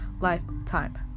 lifetime